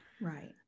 Right